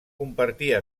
compartia